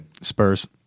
Spurs